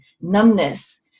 numbness